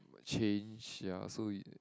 change ya so y~